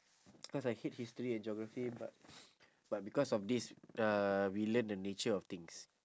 cause I hate history and geography but but because of this uh we learn the nature of things